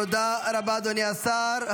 תודה רבה, אדוני השר.